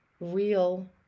real